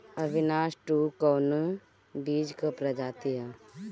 अविनाश टू कवने बीज क प्रजाति ह?